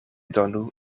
donu